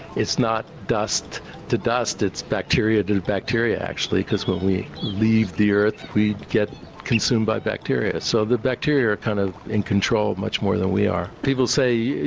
it's not dust to dust, it's bacteria to bacteria actually because when we leave the earth we get consumed by bacteria. so the bacteria are kind of in control much more than we are. people say,